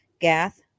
Gath